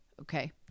Okay